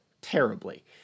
terribly